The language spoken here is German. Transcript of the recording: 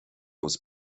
aus